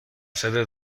sede